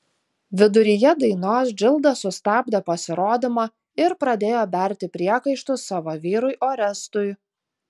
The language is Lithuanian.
viduryje dainos džilda sustabdė pasirodymą ir pradėjo berti priekaištus savo vyrui orestui